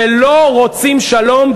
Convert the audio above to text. שהם לא רוצים שלום,